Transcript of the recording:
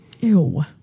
ew